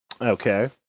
Okay